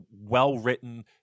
well-written